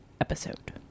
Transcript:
episode